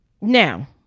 Now